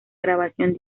grabación